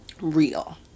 real